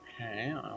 Okay